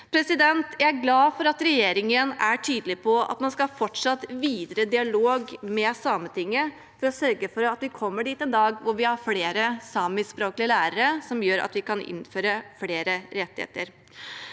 Jeg er glad for at re gjeringen er tydelig på at man skal ha videre dialog med Sametinget for å sørge for at vi kommer dit en dag at vi har flere samiskspråklige lærere, som gjør at vi kan innføre flere rettigheter.